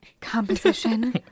composition